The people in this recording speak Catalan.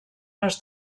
les